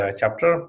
chapter